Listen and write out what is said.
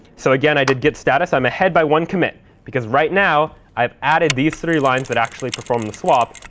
so again, i did git status. i'm ahead by one commit because right now i've added these three lines that actually perform the swap.